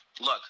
Look